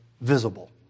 visible